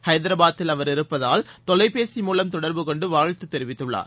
ஐதராபாத்தில் அவர் இருப்பதால் தொலைபேசி மூலம் தொடர்பு கொண்டு வாழ்த்துத் தெரிவித்துள்ளார்